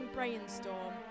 Brainstorm